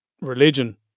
religion